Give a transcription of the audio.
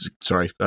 Sorry